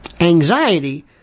anxiety